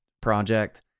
project